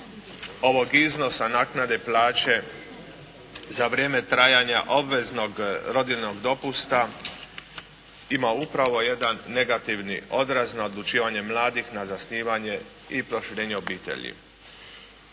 ovog iznosa naknade plaće za vrijeme trajanja obveznog rodiljnog dopusta ima upravo jedan negativni odraz na odlučivanje mladih na zasnivanje i proširenje obitelji.